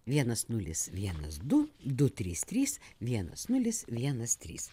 vienas nulis vienas du du trys trys vienas nulis vienas trys